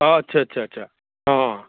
অঁ আচ্ছা আচ্ছা আচ্ছা অঁ